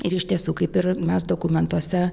ir iš tiesų kaip ir mes dokumentuose